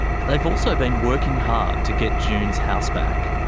but they've also been working hard to get june's house back.